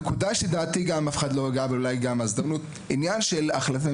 נקודה נוספת שלדעתי אף אחד לא נגע בה היא עניין מעונות היום,